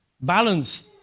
balance